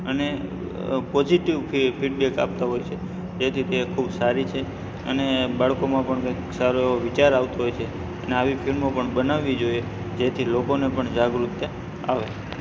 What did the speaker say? અને અ positive feedback આપતા હોય છે જેથી તે ખૂબ સારી છે અને બાળકોમાં પણ કંઈક સારો એવો વિચાર આવતો હોય છે અને આવી ફિલ્મો પણ બનાવવી જોઈએ જેથી લોકોને પણ જાગૃતતા આવે